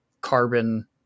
carbon